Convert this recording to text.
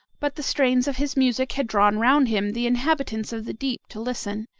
but the strains of his music had drawn round him the inhabitants of the deep to listen,